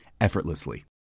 effortlessly